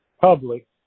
public